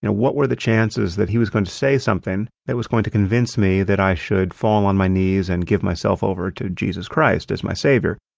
you know what were the chances that he was going to say something that was going to convince me that i should fall on my knees and give myself over to jesus christ as my savior?